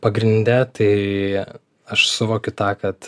pagrinde tai aš suvokiu tą kad